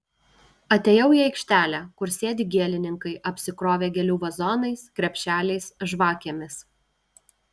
atėjau į aikštelę kur sėdi gėlininkai apsikrovę gėlių vazonais krepšeliais žvakėmis